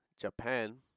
Japan